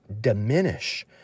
diminish